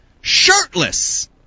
shirtless